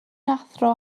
athro